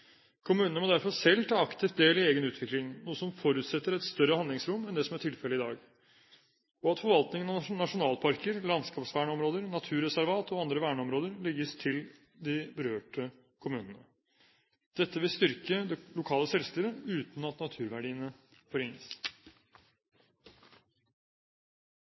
Kommunene må derfor selv ta aktivt del i egen utvikling, noe som forutsetter et større handlingsrom enn det som er tilfellet i dag, og at forvaltningen av nasjonalparker, landskapsvernområder, naturreservat og andre verneområder legges til de berørte kommunene. Dette vil styrke det lokale selvstyret, uten at naturverdiene forringes.